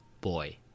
Boy